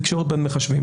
בתקשורת בין מחשבים.